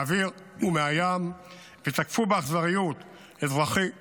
מהאוויר ומהים ותקפו באכזריות אזרחים וחיילים,